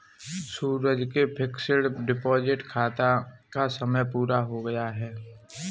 सूरज के fixed deposit खाता का समय पूरा हो गया है